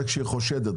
זה כשהיא חושדת,